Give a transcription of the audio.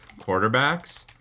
quarterbacks